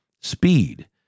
speed